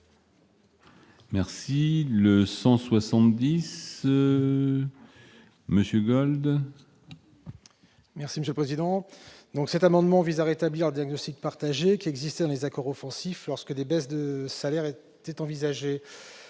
: La parole est à M. Éric Gold. Cet amendement vise à rétablir le diagnostic partagé qui existait dans les accords offensifs, lorsque des baisses de salaires étaient envisagées.